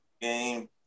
game